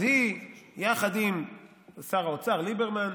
אז היא, יחד עם שר האוצר ליברמן,